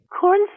Corn